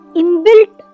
inbuilt